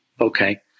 okay